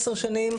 עשר שנים,